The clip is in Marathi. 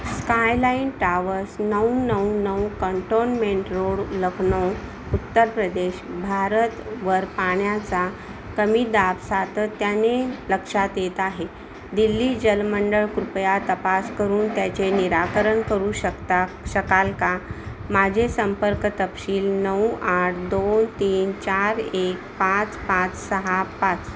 स्कायलाइन टावर्स नऊ नऊ नऊ कंटोन्मेंट रोड लखनऊ उत्तर प्रदेश भारतवर पाण्याचा कमी दाब सातत्याने लक्षात येत आहे दिल्ली जलमंडळ कृपया तपास करून त्याचे निराकरण करू शकता शकाल का माझे संपर्क तपशील नऊ आठ दोन तीन चार एक पाच पाच सहा पाच